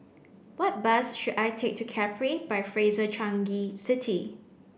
what bus should I take to Capri by Fraser Changi City